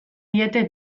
diete